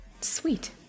Sweet